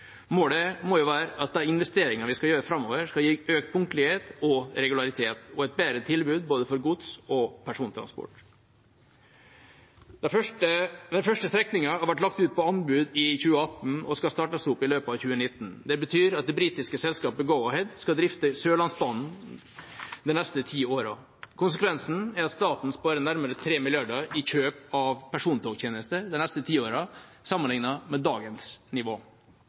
Målet må jo være at de investeringene vi skal gjøre framover, skal gi økt punktlighet og regularitet og et bedre tilbud for både godstransport og persontransport. Den første strekningen har vært lagt ut på anbud i 2018 og skal startes opp i løpet av 2019. Det betyr at det britiske selskapet Go-Ahead skal drifte Sørlandsbanen de neste ti årene. Konsekvensen er at staten sparer nærmere 3 mrd. kr i kjøp av persontogtjenester de neste ti årene, sammenlignet med dagens nivå.